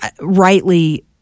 rightly